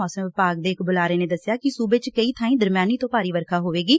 ਮੌਸਮ ਵਿਭਾਗ ਦੇ ਇਕ ਬੁਲਾਰੇ ਨੇ ਦਸਿਆ ਕਿ ਸੁਬੇ ਚ ਕਈ ਬਾਈ ਦਰਮਿਆਨੀ ਤੋ ਭਾਰੀ ਵਰਖਾ ਹੋਵੇਗੀ